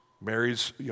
Mary's